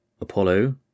Apollo